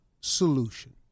solution